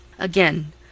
Again